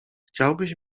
chciałbyś